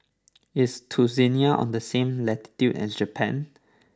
is Tunisia on the same latitude as Japan